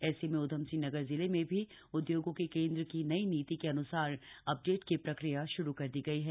ऐसे में ऊधमसिंह नगर जिले में भी उद्योगों की केंद्र की नई नीति के अनुसार अपडेट की प्रक्रिया शुरू कर दी गई है